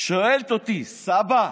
היא שואלת אותי, סבא,